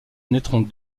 naîtront